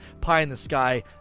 pie-in-the-sky